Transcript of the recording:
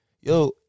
yo